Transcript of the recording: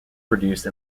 produce